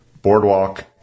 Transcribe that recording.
Boardwalk